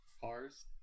Cars